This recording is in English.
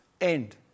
end